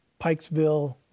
Pikesville